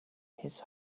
his